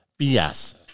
BS